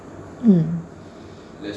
mm